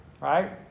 right